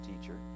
teacher